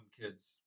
kids